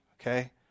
Okay